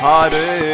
Hare